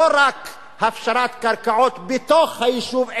לא רק הפשרת קרקעות בתוך היישוב,